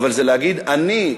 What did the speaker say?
אבל זה להגיד: אני,